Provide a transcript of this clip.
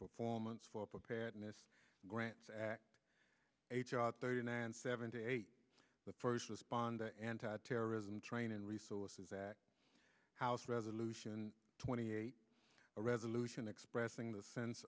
performance for preparedness grants act h r out there in and seventy eight the first responder anti terrorism training resources that house resolution twenty eight a resolution expressing the sense